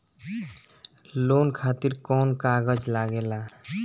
Loan खातिर कौन कागज लागेला?